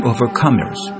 Overcomers